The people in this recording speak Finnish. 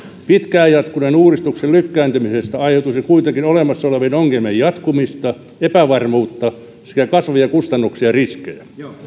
pitkään jatkuneen uudistuksen lykkääntymisestä aiheutuisi kuitenkin olemassa olevien ongelmien jatkumista epävarmuutta sekä kasvavia kustannuksia ja riskejä